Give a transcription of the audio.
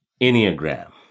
Enneagram